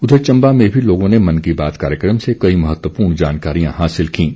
उधर चंबा में भी लोगों ने मन की बात कार्यक्रम से कई महत्वपूर्ण जानकारियां हासिल कीं